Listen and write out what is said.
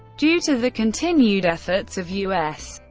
due to the continued efforts of u s.